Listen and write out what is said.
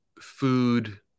food